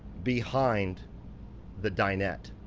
behind the dinette.